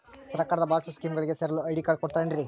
ಸರ್ಕಾರದ ಬಹಳಷ್ಟು ಸ್ಕೇಮುಗಳಿಗೆ ಸೇರಲು ಐ.ಡಿ ಕಾರ್ಡ್ ಕೊಡುತ್ತಾರೇನ್ರಿ?